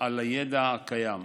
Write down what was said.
על הידע הקיים.